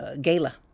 Gala